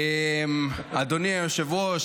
אדוני היושב-ראש,